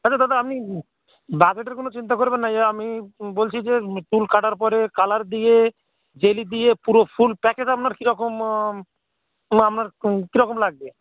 আচ্ছা দাদা আপনি বাজেটের কোনও চিন্তা করবেন না এ আমি বলছি যে চুল কাটার পরে কালার দিয়ে জেল দিয়ে পুরো ফুল প্যাকেজ আপনার কীরকম আপনার কীরকম লাগবে